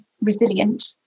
resilient